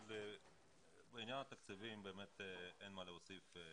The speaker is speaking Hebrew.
בעניין התקציבים באמת אין מה להוסיף,